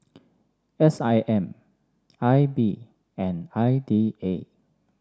S I M I B and I D A